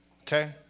okay